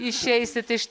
išeisit iš